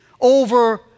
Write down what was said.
over